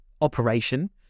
operation